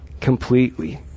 completely